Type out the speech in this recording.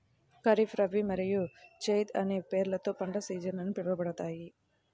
ఖరీఫ్, రబీ మరియు జైద్ అనే పేర్లతో పంట సీజన్లు పిలవబడతాయి